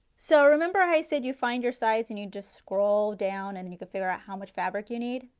so remember how i said you find your size and you just scroll down and then you can figure out how much fabric you need.